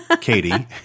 Katie